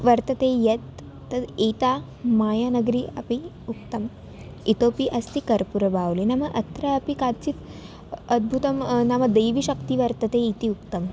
वर्तते यत् तद् एषा मायानगरी अपि उक्तम् इतोऽपि अस्ति कर्पुरबावली नाम अत्रापि काचित् अद्भुता नाम दैवीशक्तिः वर्तते इति उक्तं